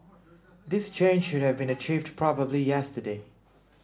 this change should have been achieved probably yesterday